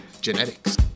genetics